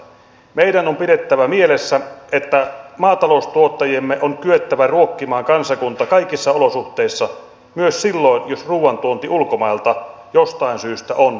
meidän on pidettävä mielessä että maataloustuottajiemme on kyettävä ruokkimaan kansakunta kaikissa olosuhteissa myös silloin jos ruuan tuonti ulkomailta jostain syystä on estynyt